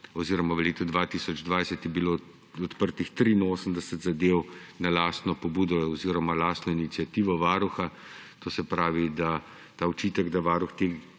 oziroma v letu 2020 je bilo odprtih 83 zadev na lastno pobudo oziroma lastno iniciativo varuha. To se pravi, da ta očitek, da varuh